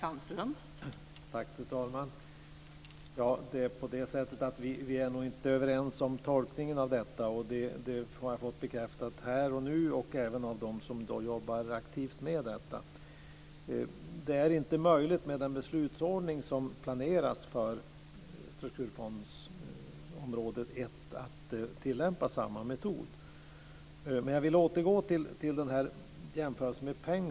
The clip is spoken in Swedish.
Fru talman! Vi är nog inte överens om tolkningen av detta. Det har jag fått bekräftat här och nu och även av dem som jobbar aktivt med detta. Med den beslutsordning som planeras för strukturfondsområde 1 är det inte möjligt att tillämpa samma metod. Jag vill återgå till den penningmässiga jämförelsen.